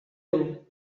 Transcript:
you